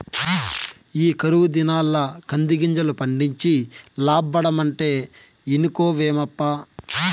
ఈ కరువు దినాల్ల కందిగింజలు పండించి లాబ్బడమంటే ఇనుకోవేమప్పా